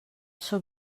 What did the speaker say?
sóc